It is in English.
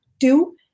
Two